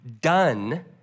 done